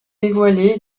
dévoilé